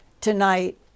tonight